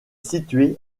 situé